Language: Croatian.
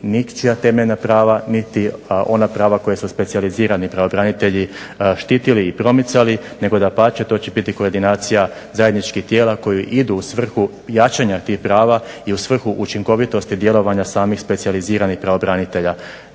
ničija temeljna prava niti ona prava koja su specijalizirani pravobranitelji štitili i promicali nego dapače, to će biti koordinacija zajedničkih tijela koja idu u svrhu jačanja tih prava i u svrhu učinkovitosti djelovanja samih specijaliziranih pravobranitelja.